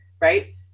Right